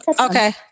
Okay